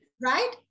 Right